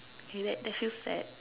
okay that that feels sad